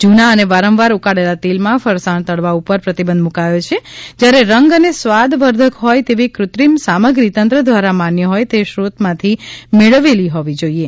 જૂના અને વારંવાર ઉકાળેલા તેલમાં ફરસાણ તળવા ઉપર પ્રતિબંધ મુકાયો છે જ્યારે રંગ અને સ્વાદવર્ધક હોય તેવી કૃત્રિમ સામગ્રી તંત્ર દ્વારા માન્ય હોય તે સ્રોરંતમાંથી મેળવેલી હોવી જોઇએ